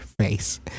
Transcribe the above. face